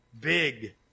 big